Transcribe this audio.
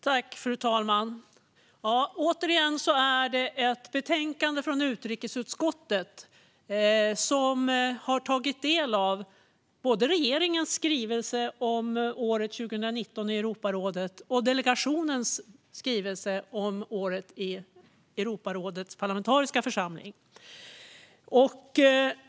Fru talman! Återigen ska vi debattera ett betänkande från utrikesutskottet. Utskottet har tagit del av både regeringens skrivelse om året 2019 i Europarådet och delegationens skrivelse om året i Europarådets parlamentariska församling.